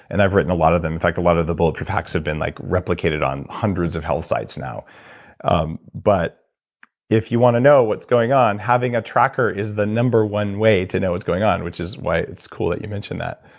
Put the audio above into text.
and i've written a lot of them. in fact, a lot of the book of hacks have been like replicated on hundreds of health sites now um but if you want to know what's going on, having a tracker is the number one way to know what's going on, which is why it's cool that you mentioned that.